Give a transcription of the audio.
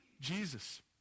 Jesus